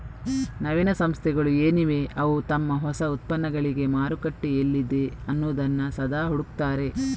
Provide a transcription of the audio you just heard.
ನವೀನ ಸಂಸ್ಥೆಗಳು ಏನಿವೆ ಅವು ತಮ್ಮ ಹೊಸ ಉತ್ಪನ್ನಗಳಿಗೆ ಮಾರುಕಟ್ಟೆ ಎಲ್ಲಿದೆ ಅನ್ನುದನ್ನ ಸದಾ ಹುಡುಕ್ತಾರೆ